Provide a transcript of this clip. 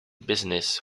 business